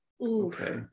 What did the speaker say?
okay